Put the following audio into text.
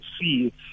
see